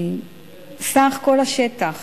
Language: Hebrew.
סך כל השטח